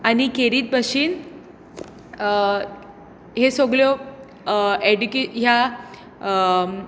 आनी खेरीत भाशेन हे सगल्यो एडिके ह्या